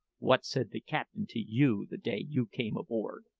what said the captain to you the day you came aboard?